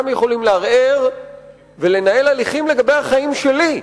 וגם יכולים לערער ולנהל הליכים לגבי החיים שלי,